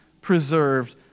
preserved